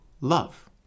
love